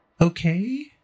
okay